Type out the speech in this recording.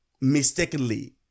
mistakenly